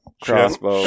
crossbow